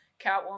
Catwoman